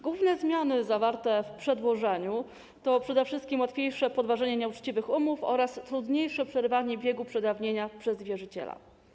Główne zmiany zawarte w przedłożeniu to przede wszystkim łatwiejsze podważenie nieuczciwych umów oraz trudniejsze przerywanie biegu przedawnienia przez wierzyciela.